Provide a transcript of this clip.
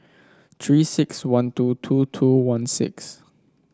Three six one two two two one six